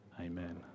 Amen